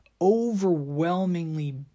overwhelmingly